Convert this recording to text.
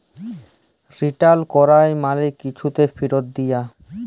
return ক্যরা মালে কিছুকে ফিরত দিয়া